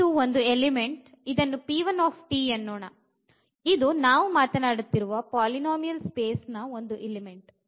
ಇದು ಒಂದು ಎಲಿಮೆಂಟ್ ಇದನ್ನು ಎನ್ನೋಣ ಇದು ನಾವು ಮಾತನಾಡುತ್ತಿರುವ ಪಾಲಿನೋಮಿಯಲ್ ಸ್ಪೇಸ್ ನ ಒಂದು ಎಲಿಮೆಂಟ್